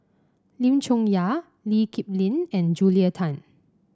Lim Chong Yah Lee Kip Lin and Julia Tan